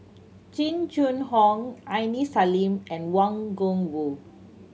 Jing Jun Hong Aini Salim and Wang Gungwu